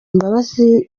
imbabazi